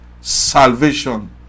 salvation